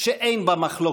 שאין בה מחלוקת,